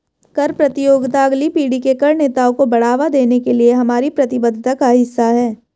कर प्रतियोगिता अगली पीढ़ी के कर नेताओं को बढ़ावा देने के लिए हमारी प्रतिबद्धता का हिस्सा है